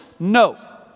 No